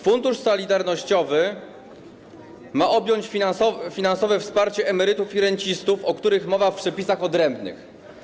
Fundusz Solidarnościowy ma objąć finansowe wsparcie emerytów i rencistów, o których mowa w przepisach odrębnych.